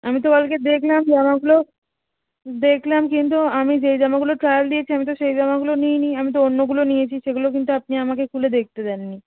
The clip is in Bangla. আমি তো কালকে দেখলাম জামাগুলো দেখলাম কিন্তু আমি যেই জামাগুলো ট্রায়াল দিয়েছি আমি তো সেই জামাগুলো নিইনি আমি তো অন্যগুলো নিয়েছি সেগুলো কিন্তু আপনি আমাকে খুলে দেখতে দেন নি